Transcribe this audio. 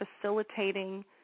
facilitating